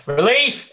Relief